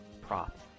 prop